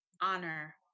honor